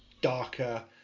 darker